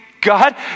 God